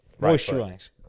Moisturize